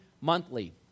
monthly